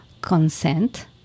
consent